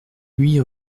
huit